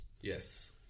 Yes